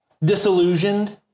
disillusioned